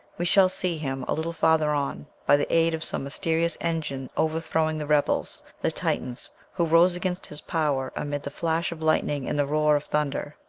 we shall see him, a little farther on, by the aid of some mysterious engine overthrowing the rebels, the titans, who rose against his power, amid the flash of lightning and the roar of thunder.